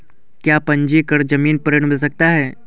क्या पंजीकरण ज़मीन पर ऋण मिल सकता है?